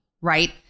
Right